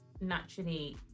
naturally